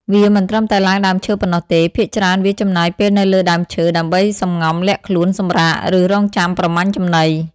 វាមិនត្រឹមតែឡើងដើមឈើប៉ុណ្ណោះទេ ភាគច្រើនវា ចំណាយពេលនៅលើដើមឈើ ដើម្បីសំងំលាក់ខ្លួន សម្រាក ឬរង់ចាំប្រមាញ់ចំណី។